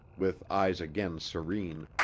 with eyes again serene,